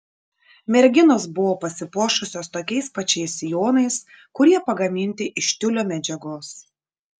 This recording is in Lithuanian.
merginos buvo pasipuošusios tokiais pačiais sijonais kurie pagaminti iš tiulio medžiagos